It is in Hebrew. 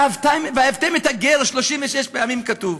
"ואהבתם את הגר" 36 פעמים כתוב.